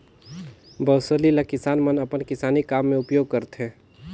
बउसली ल किसान मन अपन किसानी काम मे उपियोग करथे